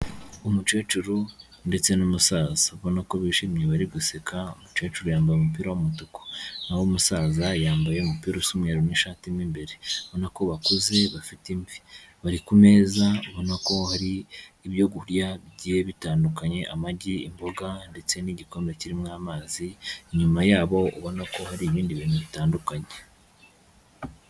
Umukecuru ndetse n'umusaza abona ko bishimye bari guseka, umukecuru yambaye umupira w'umutuku, naho umusaza yambaye umupira usa umweru n'ishati mo imbere. Ubona ko bakuze bafite imvi. Bari ku meza ubona ko hari ibyo kurya bigiye bitandukanye amagi, imboga ndetse n'igikombe kirimo amazi. Inyuma yabo ubona ko hari ibindi bintu bitandukanye.